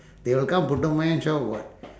they will come putu mayam shop [what]